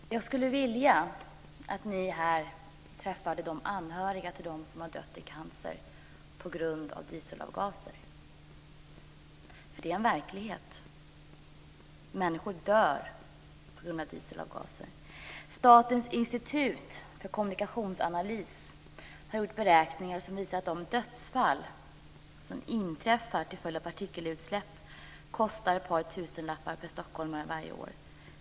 Fru talman! Jag skulle vilja att ni här träffade de anhöriga till dem som dött i cancer på grund av dieselavgaser. Det är en verklighet. Människor dör på grund av dieselavgaser. Statens institut för kommunikationsanalys har gjort beräkningar som visar att de dödsfall som inträffar till följd av partikelutsläpp kostar ett par tusenlappar per stockholmare varje år.